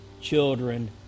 children